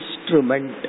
instrument